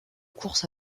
course